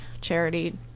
charity